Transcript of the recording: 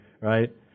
right